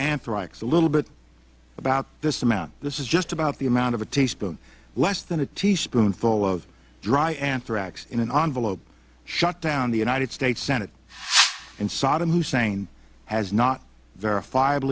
anthrax a little bit about this amount this is just about the amount of a teaspoon less than a teaspoon full of dry anthrax in an envoy shut down the united states senate and saddam hussein has not verifi